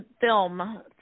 film